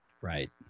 Right